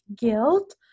guilt